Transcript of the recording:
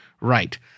Right